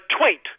tweet